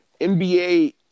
NBA